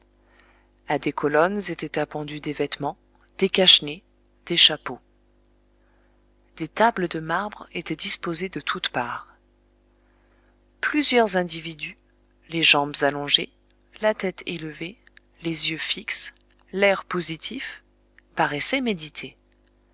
à des colonnes étaient appendus des vêtements des cache-nez des chapeaux des tables de marbre étaient disposées de toutes parts plusieurs individus les jambes allongées la tête levée les yeux fixes l'air positif paraissaient méditer